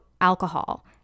alcohol